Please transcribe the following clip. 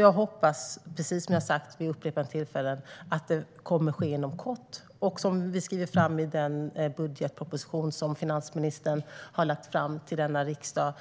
Jag hoppas, precis som jag har sagt vid upprepade tillfällen, att det kommer att ske inom kort, och som vi skriver fram i den budgetproposition som finansministern har lagt fram till denna riksdag